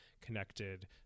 connected